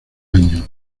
año